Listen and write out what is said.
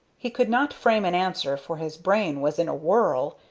he could not frame an answer, for his brain was in a whirl,